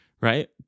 right